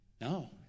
No